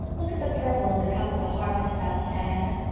look at the purple in the cup of the harvest valley, diana.